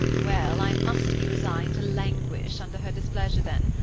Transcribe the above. well, i must be resigned to languish under her displeasure then.